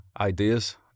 ideas